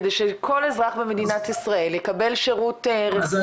כדי שכל אזרח במדינת ישראל יקבל שירות רפואי וחירום וטרום אשפוזי.